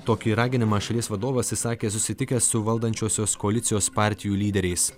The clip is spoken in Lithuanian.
tokį raginimą šalies vadovas išsakė susitikęs su valdančiosios koalicijos partijų lyderiais